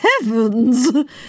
heavens